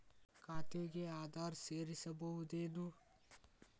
ಖಾತೆಗೆ ಆಧಾರ್ ಸೇರಿಸಬಹುದೇನೂ?